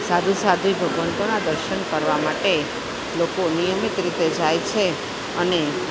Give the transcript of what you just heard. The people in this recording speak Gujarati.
સાધુ સાધ્વી ભગવંતોના દર્શન કરવા માટે લોકો નિયમિત રીતે જાય છે અને